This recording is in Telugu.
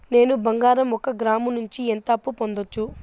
నేను బంగారం ఒక గ్రాము నుంచి ఎంత అప్పు పొందొచ్చు